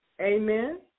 Amen